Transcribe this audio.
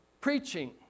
preaching